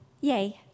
Yay